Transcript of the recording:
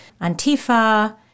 Antifa